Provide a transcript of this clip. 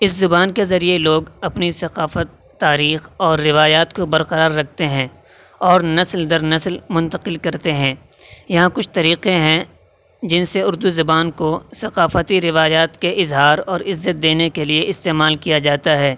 اس زبان کے ذریعے لوگ اپنی ثقافت تاریخ اور روایات کو برقرار رکھتے ہیں اور نسل در نسل منتقل کرتے ہیں یہاں کچھ طریقے ہیں جن سے اردو زبان کو ثقافتی روایات کے اظہار اور عزت دینے کے لیے استعمال کیا جاتا ہے